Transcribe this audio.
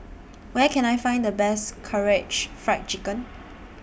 Where Can I Find The Best Karaage Fried Chicken